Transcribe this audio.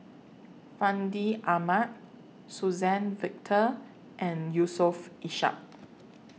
Fandi Ahmad Suzann Victor and Yusof Ishak